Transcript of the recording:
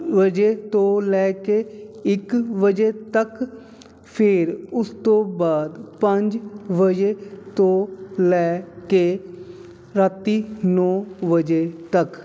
ਵਜੇ ਤੋਂ ਲੈ ਕੇ ਇਕ ਵਜੇ ਤੱਕ ਫਿਰ ਉਸ ਤੋਂ ਬਾਅਦ ਪੰਜ ਵਜੇ ਤੋਂ ਲੈ ਕੇ ਰਾਤੀ ਨੌਂ ਵਜੇ ਤੱਕ